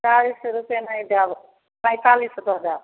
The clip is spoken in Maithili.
चालीस रुपैए नहि देब पैँतालिस दऽ देब